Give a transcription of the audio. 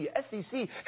sec